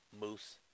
Moose